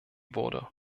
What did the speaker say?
wurde